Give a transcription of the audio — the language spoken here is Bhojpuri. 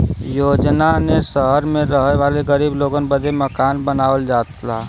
योजना ने सहर मे रहे वाले गरीब लोगन बदे मकान बनावल जाला